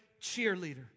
cheerleader